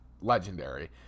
legendary